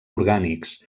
orgànics